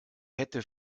hätte